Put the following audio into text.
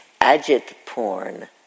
agit-porn